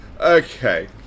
Okay